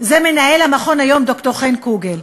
זה מנהל המכון היום, ד"ר חן קוגל.